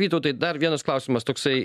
vytautai dar vienas klausimas toksai